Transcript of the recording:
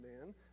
man